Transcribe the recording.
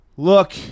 Look